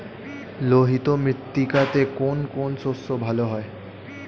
লোহিত মৃত্তিকাতে কোন কোন শস্য ভালো হয়?